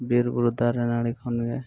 ᱵᱤᱨᱼᱵᱩᱨᱩ ᱫᱟᱨᱮ ᱱᱟᱹᱲᱤ ᱠᱷᱚᱱ ᱜᱮ